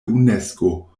unesko